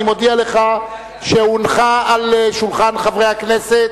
אני מודיע לך שהונחה על שולחן חברי הכנסת